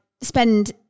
spend